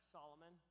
Solomon